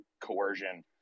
coercion